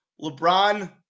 LeBron